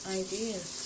ideas